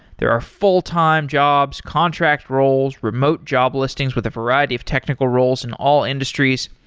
there are fulltime jobs, contract roles, remote job listings with a variety of technical roles in all industries,